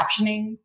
captioning